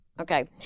Okay